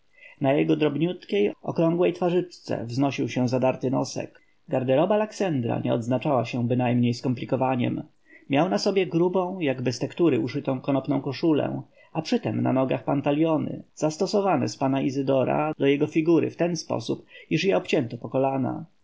jego drobniutkiej okrągłej twarzyczce wznosił się zadarty nosek garderoba laksendra nie odznaczała się bynajmniej skomplikowaniem miał na sobie grubą jakby z tektury uszytą konopną koszulę a przytem na nogach pantaliony zastosowane z pana izydora do jego figury w ten sposób iż je obcięto po kolana